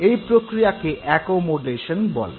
এই প্রক্রিয়াকে অ্যাকোমোডেশন বলে